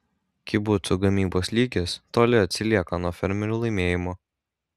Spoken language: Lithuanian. kibucų gamybos lygis toli atsilieka nuo fermerių laimėjimų